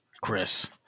Chris